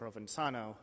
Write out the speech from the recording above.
Provenzano